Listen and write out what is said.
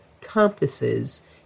compasses